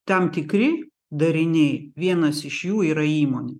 tam tikri dariniai vienas iš jų yra įmonė